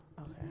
Okay